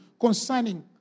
concerning